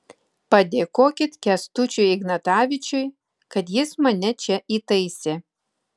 padėkokit kęstučiui ignatavičiui kad jis mane čia įtaisė